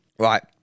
Right